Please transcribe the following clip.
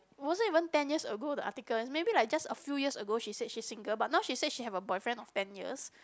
wasn't even ten years ago the article maybe like just a few years ago she says she single but not she says she have a boyfriend of ten years